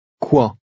Quoi